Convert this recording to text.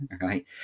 right